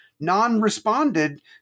non-responded